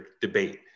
debate